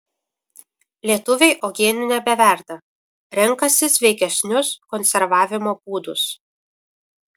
lietuviai uogienių nebeverda renkasi sveikesnius konservavimo būdus